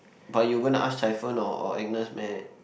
but you going to ask or or Agnes meh